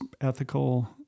ethical